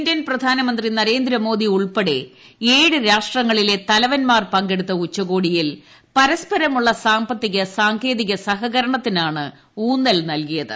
Indian പ്രധാനമന്ത്രി നരേന്ദ്രമോദി ഉൾപ്പെടെ ഏഴ് രാഷ്ട്രങ്ങളിലെ തലവൻമാർ പങ്കെടുത്ത ഉച്ചകോടിയിൽ പരസ്പരമുള്ള സാമ്പത്തിക സാങ്കേതിക സഹകരണത്തിനാണ് ഊന്നൽ നൽകിയത്